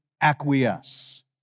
acquiesce